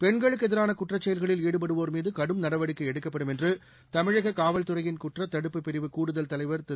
பெண்களுக்கு எதிரான குற்ற செயல்களில் ஈடுபடுவோா் மீது கடும் நடவடிக்கை எடுக்கப்படும் தமிழக காவல் துறை யின் குற்றத்தடுப்புப் பிரிவு கூடுதல் தலைவா் திரு